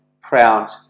proud